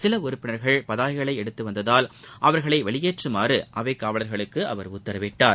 சில உறுப்பினர்கள் பதாகைகளை எடுத்து வந்ததால் அவர்களை வெளியேற்றுமாறு அவைக் காவலர்களுக்கு அவர் உத்தரவிட்டார்